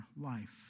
life